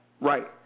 right